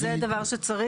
אז זה דבר שצריך.